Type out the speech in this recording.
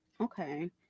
okay